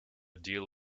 deal